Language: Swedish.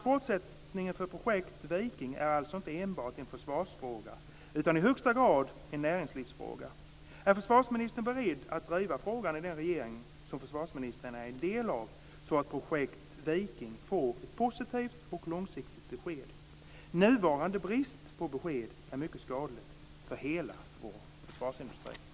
Fortsättningen för Projekt Viking är inte enbart en försvarsfråga utan är i högsta grad en näringslivsfråga. Är försvarsministern beredd att driva frågan i den regering som försvarsministern är en del av så att Projekt Viking får ett positivt och långsiktigt besked? Nuvarande brist på besked är skadligt för hela vår försvarsindustri.